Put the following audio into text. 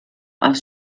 aus